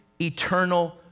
eternal